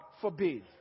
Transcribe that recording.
forbid